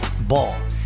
Ball